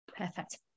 Perfect